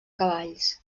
cavalls